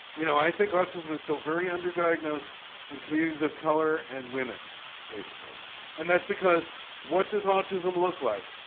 you know i think autism is still very underdiagnosed in communities of color and women basically and that's because what does autism look like.